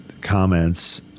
comments